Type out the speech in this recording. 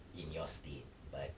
in your state but